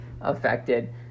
affected